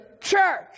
church